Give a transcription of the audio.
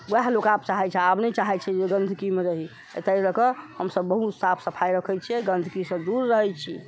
उएह लोक आब चाहै छै आब नहि चाहै छै जे गन्दगीमे रही ताहि लए कऽ हमसभ बहुत साफ सफाइ राखै छियै गन्दगीसँ दूर रहै छी